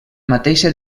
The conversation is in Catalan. mateixa